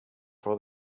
for